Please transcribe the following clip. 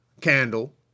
candle